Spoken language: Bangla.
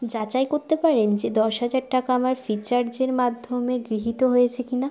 যাচাই করতে পারেন যে দশ হাজার টাকা আমার ফ্রিচার্জ এর মাধ্যমে গৃহীত হয়েছে কিনা